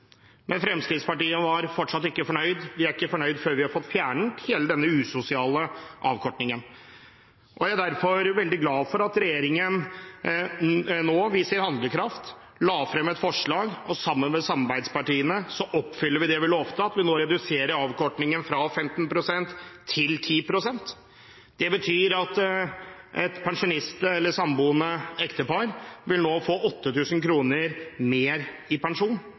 Men Fremskrittspartiet var fortsatt ikke fornøyd. Vi er ikke fornøyd før vi har fått fjernet hele denne usosiale avkortningen. Jeg er derfor veldig glad for at regjeringen nå har vist handlekraft og lagt frem et forslag, og sammen med samarbeidspartiene oppfyller vi det vi lovte, vi reduserer nå avkortningen fra 15 til 10 pst. Det betyr at et ektepar eller samboende par nå vil få 8 000 kr mer i pensjon.